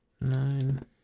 Nine